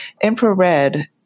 infrared